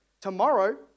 Tomorrow